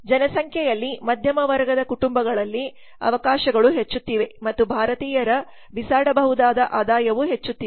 ಜನಸಂಖ್ಯೆಯಲ್ಲಿ ಮಧ್ಯಮ ವರ್ಗದ ಕುಟುಂಬಗಳಲ್ಲಿ ಅವಕಾಶಗಳು ಹೆಚ್ಚುತ್ತಿವೆ ಮತ್ತು ಭಾರತೀಯರ ಬಿಸಾಡಬಹುದಾದ ಆದಾಯವು ಹೆಚ್ಚುತ್ತಿದೆ